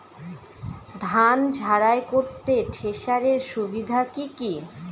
ধান ঝারাই করতে থেসারের সুবিধা কি কি?